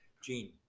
gene